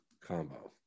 Combo